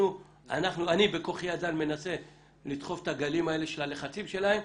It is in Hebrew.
אני בכוחי עדיין מנסה לדחוף את הגלים האלה של הלחצים שלהם,